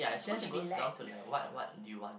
just relax